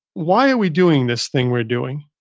why are we doing this thing we're doing?